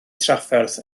trafferth